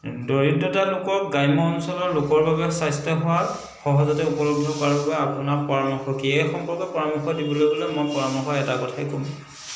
দৰিদ্ৰতা লোকক গ্ৰাম্য অঞ্চলৰ লোকৰ বাবে স্বাস্থ্যসেৱা সহজতে উপলব্ধ কৰাৰ বাবে আপোনাৰ পৰামৰ্শ কি এই সম্পৰ্কে পৰামৰ্শ দিবলৈ গ'লে মই পৰামৰ্শ এটা কথাই ক'ম